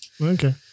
Okay